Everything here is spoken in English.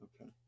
okay